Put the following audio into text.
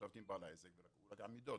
ישבתי עם בעל העסק והוא ביקש את המידות,